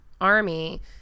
army